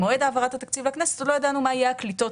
במועד העברת התקציב לכנסת עוד לא ידענו מה יהיו הקליטות